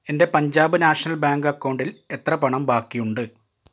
എന്റെ Punjab national bank അക്കൗണ്ടിൽ എത്ര പണം ബാക്കിയുണ്ട്